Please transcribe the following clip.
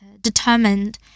determined